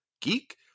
Geek